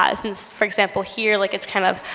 ah since, for example here, like it's kind of.